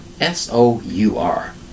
S-O-U-R